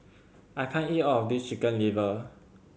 I can't eat all of this Chicken Liver